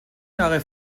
jahre